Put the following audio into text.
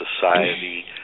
society